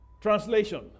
translation